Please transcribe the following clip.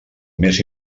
més